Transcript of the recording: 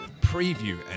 preview